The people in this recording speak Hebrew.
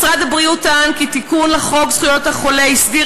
משרד הבריאות טען כי תיקון חוק זכויות החולה הסדיר